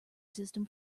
system